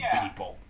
people